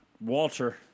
Walter